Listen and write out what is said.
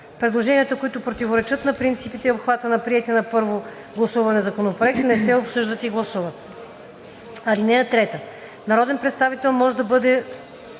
Предложенията, които противоречат на принципите и обхвата на приетия на първо гласуване законопроект, не се обсъждат и гласуват. (3) Народен представител може да